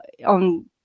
on